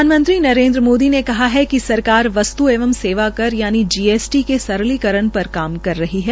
प्रधान मंत्री नरेन्द्र मोदी ने कहा है कि सरकार वस्त् एवं सेवा कर यानि जीएसटी के सरलीकरण पर काम कर रही है